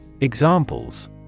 examples